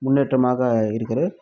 முன்னேற்றமாக இருக்குது